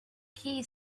key